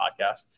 podcast